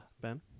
Ben